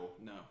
No